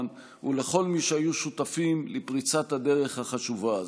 ולכל מי שהיו שותפים לפריצת הדרך החשובה הזו.